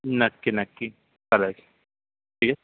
नक्की नक्की चालेल ठीक आहे